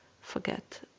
forget